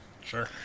Sure